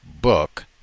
book